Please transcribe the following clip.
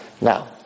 Now